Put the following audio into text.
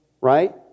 Right